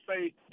say